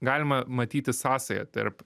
galima matyti sąsają tarp